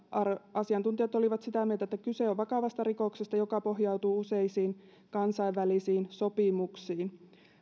asiantuntijat olivat sitä mieltä että kyse on vakavasta rikoksesta joka pohjautuu useisiin kansainvälisiin sopimuksiin